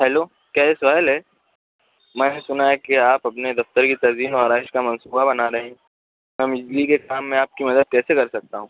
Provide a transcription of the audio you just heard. hello کیا یہ سہیل ہے میں نے سنا ہے کہ آپ اپنے دفتر کی تزئین و آرائش کا منصوبہ بنا رہے ہیں میں بجلی کے کام میں آپ کی مدد کیسے کر سکتا ہوں